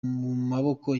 maboko